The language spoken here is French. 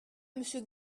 monsieur